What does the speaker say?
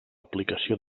aplicació